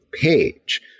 page